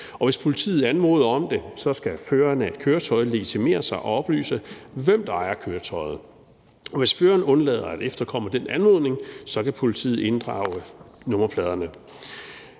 hvis politiet anmoder om det, skal føreren af et køretøj legitimere sig og oplyse, hvem der ejer køretøjet. Hvis føreren undlader at efterkomme den anmodning, kan politiet inddrage nummerpladerne.